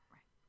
Right